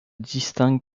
distingue